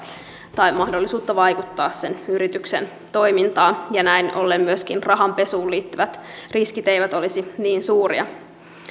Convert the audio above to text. tai mahdollisuutta vaikuttaa sen yrityksen toimintaan ja näin ollen myöskään rahanpesuun liittyvät riskit eivät olisi niin suuria